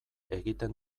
egiten